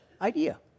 idea